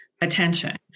attention